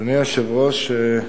אדוני היושב-ראש,